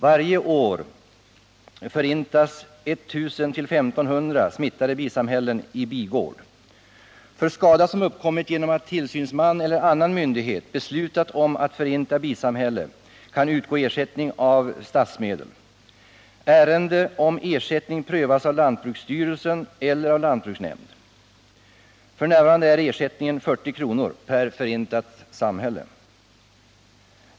Varje år Nr 34 förintas 1000-1500 smittade bisamhällen i bigård. För skada som uppkommit genom att tillsynsman eller annan myndighet beslutat om att förinta bisamhälle kan utgå ersättning av statsmedel. Ärende om ersättning prövas av lantbruksstyrelsen eller av lantbruksnämnd. F. n. är ersättningen 40 kr. per förintat samhälle.